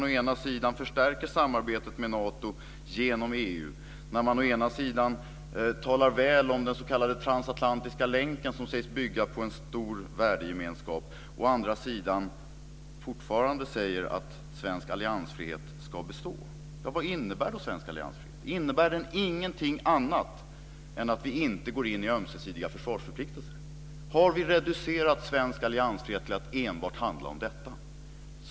Å ena sidan förstärker man samarbetet med Nato genom EU och talar väl om den s.k. transatlantiska länken som sägs bygga på en stor värdegemenskap. Å andra sidan säger man fortfarande att svensk alliansfrihet ska bestå. Vad innebär då svensk alliansfrihet? Innebär den ingenting annat än att vi inte går in i ömsesidiga försvarsförpliktelser? Har vi reducerat svensk alliansfrihet till att enbart handla om detta?